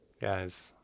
guys